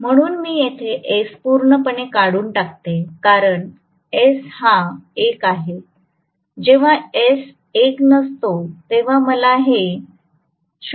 म्हणून मी येथे s पूर्णपणे काढून टाकते कारण s हा 1 आहे जेव्हा s एक नसतो तेव्हा मला हे 01 0